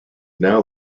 now